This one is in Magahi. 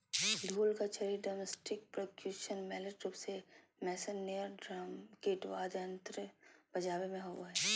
ढोल का छड़ी ड्रमस्टिकपर्क्यूशन मैलेट रूप मेस्नेयरड्रम किट वाद्ययंत्र बजाबे मे होबो हइ